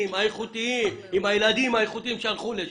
האיכותיים והילדים האיכותיים שהלכו לשם.